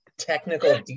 technical